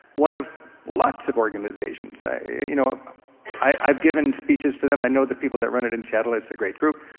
one of lots of organizations. you know um i've given speeches for them, i know the people that run it in seattle, it's a great group,